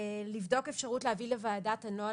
לבדוק אפשרות להביא לוועדה את הנוהל